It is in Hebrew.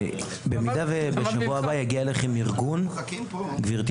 במידה ובשבוע הבא יגיע אליכם ארגון גברתי,